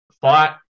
fight